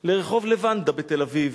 לרחוב לבנדה בתל-אביב,